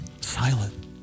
silent